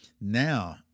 now